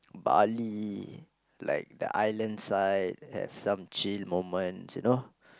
Bali like the island side have some chill moments you know